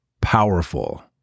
powerful